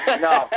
No